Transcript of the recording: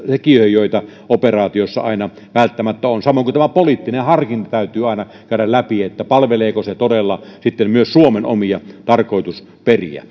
joita operaatioissa aina välttämättä on samoin tämä poliittinen harkinta täytyy aina käydä läpi palveleeko se todella myös suomen omia tarkoitusperiä